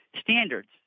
standards